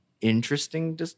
interesting